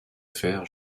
faire